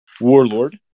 warlord